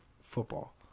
football